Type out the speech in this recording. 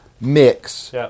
mix